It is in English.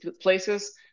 places